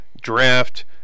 draft